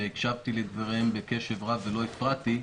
שהקשבתי לדבריהם בקשב רב ולא הפרעתי,